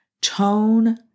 Tone